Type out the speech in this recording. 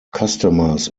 customers